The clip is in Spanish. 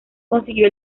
consiguió